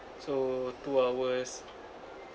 so two hours